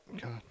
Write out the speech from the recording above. God